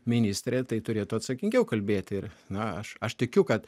ministrė tai turėtų atsakingiau kalbėti ir na aš aš tikiu kad